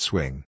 Swing